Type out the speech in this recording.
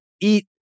eat